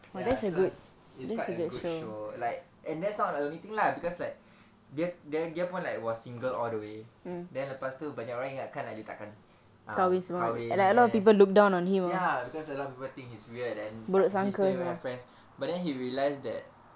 ya so it's quite a good show like and that's not the only thing lah because like dia dia dia pun like was single all the way then lepas tu dia orang ingatkan takkan ah kahwin then ya because a lot of people think he's weird then tak he still have friends but then he realise that